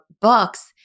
books